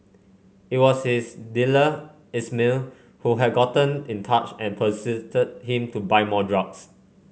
it was his dealer Ismail who had gotten in touch and pestered him to buy more drugs